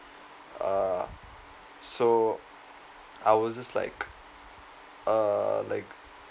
uh so I was just like uh like